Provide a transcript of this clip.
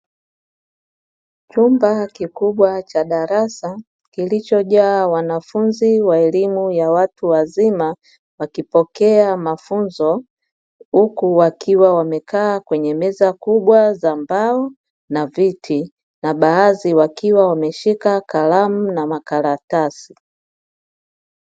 Chumba kikubwa cha darasa kilichojaa wanafunzi wa elimu ya watu wazima wakipokea mafunzo, huku wakiwa wamekaa kwenye meza kubwa za mbao na viti, na baadhi wakiwa wameshika kalamu na makaratasi.